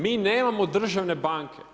Mi nemamo državne banke.